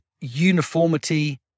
uniformity